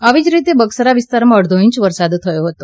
આવી જ રીતે બગસરા વિસ્તારમાં અડધો ઇંચ વરસાદ થયો હતો